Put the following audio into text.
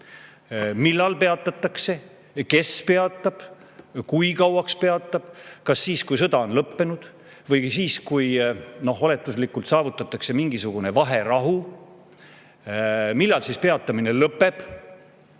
Millal peatatakse? Kes peatab? Kui kauaks peatab? Kas seniks, kuni sõda on lõppenud, või seniks, kuni oletuslikult saavutatakse mingisugune vaherahu? Millal see peatamine lõpeb?